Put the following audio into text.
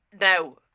Now